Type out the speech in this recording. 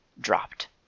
dropped